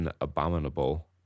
Abominable